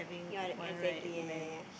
your exactly ya ya ya